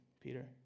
Peter